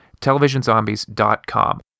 Televisionzombies.com